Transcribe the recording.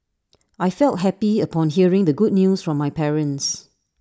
I felt happy upon hearing the good news from my parents